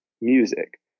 music